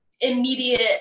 immediate